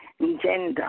gender